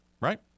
Right